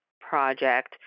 project